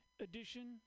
edition